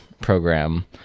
program